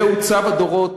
זה צו הדורות,